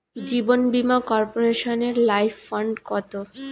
জীবন বীমা কর্পোরেশনের life fund কত?